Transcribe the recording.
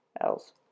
else